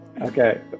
Okay